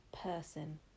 person